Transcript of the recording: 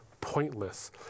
pointless